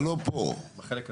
זה בחלק הזה.